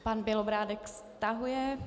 Pan Bělobrádek stahuje.